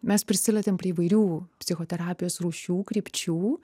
mes prisilietėm prie įvairių psichoterapijos rūšių krypčių